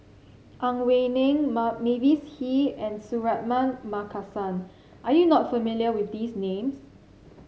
Ang Wei Neng Mavis Hee and Suratman Markasan are you not familiar with these names